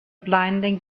blinding